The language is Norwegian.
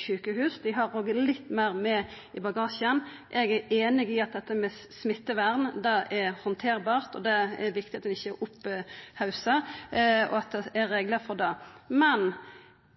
sjukehusa. Dei har òg litt meir med i bagasjen. Eg er einig i at dette med smittevern er handterleg, det er det viktig at ein ikkje haussar opp, og at det er